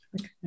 Okay